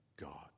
God